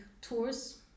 tours